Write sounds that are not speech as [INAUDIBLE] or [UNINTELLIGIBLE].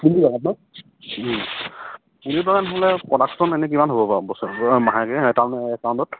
[UNINTELLIGIBLE]